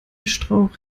strauch